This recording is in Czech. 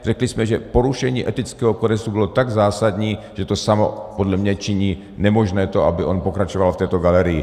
Řekli jsme, že porušení etického kodexu bylo tak zásadní, že to samo podle mě činí nemožné to, aby on pokračoval v této galerii.